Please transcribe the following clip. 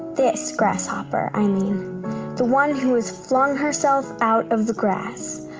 this grasshopper, i mean the one who has flung herself out of the grass,